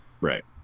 Right